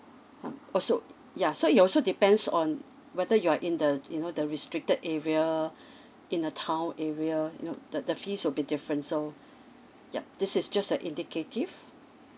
um oh so yeah so it also depends on whether you are in the you know the restricted area uh in a town area you know the the fees will be different so yup this is just a indicative